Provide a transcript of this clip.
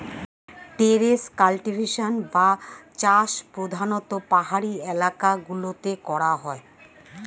terrace cultivation বা চাষ প্রধানতঃ পাহাড়ি এলাকা গুলোতে করা হয়